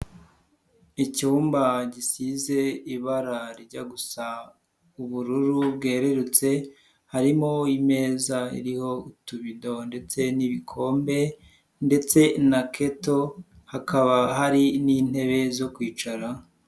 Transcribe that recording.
Icyumba gisize ibara rijya gusa ubururu bwerurutse, harimo imeza iriho utubido ndetse n'ibikombe ndetse na kettle, hakaba hari n'intebe zo kwicaraho.